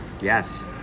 Yes